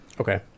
okay